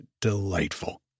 delightful